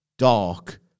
dark